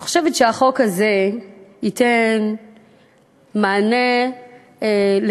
אני חושבת שהחוק הזה ייתן מענה לעיוותים